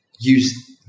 use